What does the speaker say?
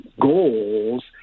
goals